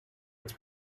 its